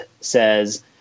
says